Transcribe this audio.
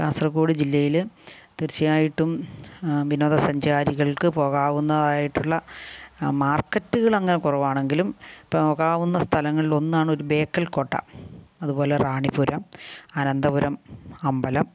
കാസർഗോഡ് ജില്ലയിൽ തീർച്ചയായിട്ടും വിനോദ സഞ്ചാരികൾക്ക് പോകാവുന്നതായിട്ടുള്ള മാർക്കറ്റുകൾ അങ്ങനെ കുറവാണെങ്കിലും പോകാവുന്ന സ്ഥലങ്ങളിലൊന്നാണ് ഒരു ബേക്കൽ കോട്ട അതുപോലെ റാണിപുരം അനന്തപുരം അമ്പലം